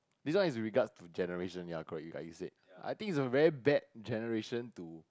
this one is regard to generation ya correct like you said I think is a very bad generation to